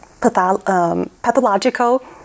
pathological